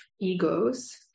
egos